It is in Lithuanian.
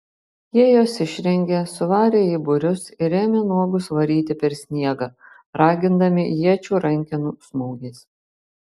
jie juos išrengė suvarė į būrius ir ėmė nuogus varyti per sniegą ragindami iečių rankenų smūgiais